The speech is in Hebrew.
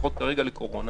לפחות כרגע לקורונה,